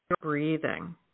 breathing